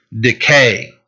decay